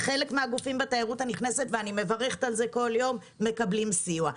חלק מן הגופים בתיירות הנכנסת ואני מברכת על כך כל יום מקבלים סיוע.